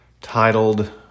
Titled